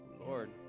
Lord